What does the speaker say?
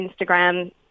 Instagram